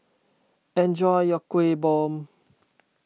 enjoy your Kuih Bom